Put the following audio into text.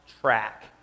track